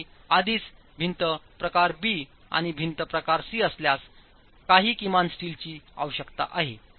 तथापि आधीच भिंत प्रकार बी किंवा भिंत प्रकार सी असल्यास काही किमान स्टीलची आवश्यकता आहे